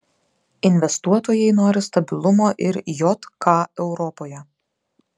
investuotojai nori stabilumo ir jk europoje